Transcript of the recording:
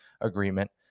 agreement